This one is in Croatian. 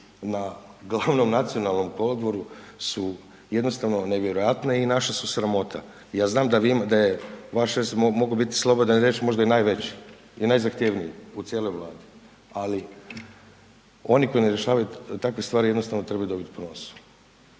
na glavnom nacionalnom kolodvoru su jednostavno nevjerojatne i naša su sramota. Ja znam da je, mogu biti slobodan i reći možda i najveći i najzahtjevniji u cijeloj Vladi. Ali, oni koji ne rješavaju takve stvari jednostavno trebaju dobit po nosu.